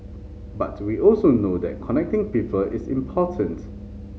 but we also know that connecting people is important